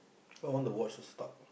I want the watch will stop